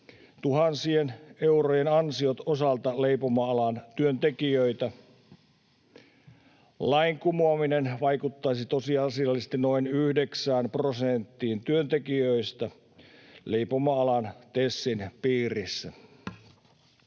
tuhansien eurojen ansiot osalta leipomoalan työntekijöitä. Lain kumoaminen vaikuttaisi tosiasiallisesti noin yhdeksään prosenttiin työntekijöistä leipomoalan TESin piirissä.